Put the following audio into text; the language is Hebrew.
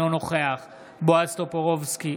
אינו נוכח בועז טופורובסקי,